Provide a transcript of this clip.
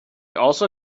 also